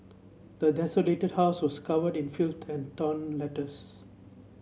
the desolated house was covered in filth and torn letters